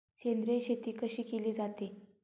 सेंद्रिय शेती कशी केली जाते?